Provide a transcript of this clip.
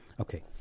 Okay